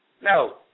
No